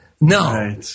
no